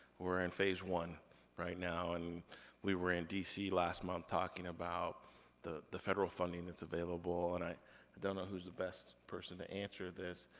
we're in phase one right now. and we were in d c. last month talking about the the federal funding that's available, and i don't know who's the best person to answer this,